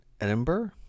Edinburgh